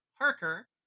Parker